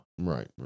Right